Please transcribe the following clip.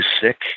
sick